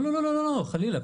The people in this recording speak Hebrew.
לא, לא, חלילה.